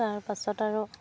তাৰপাছত আৰু